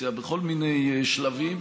אופוזיציה בכל מיני שלבים.